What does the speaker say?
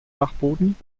dachboden